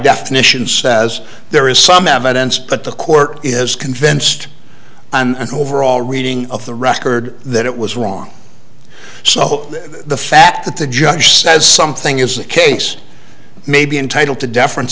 definition says there is some evidence but the court is convinced on an overall reading of the record that it was wrong so the fact that the judge says something is the case may be entitled to deference